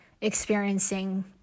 experiencing